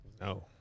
No